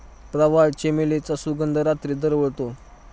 प्रवाळ, चमेलीचा सुगंध रात्री दरवळतो